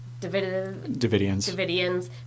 Davidians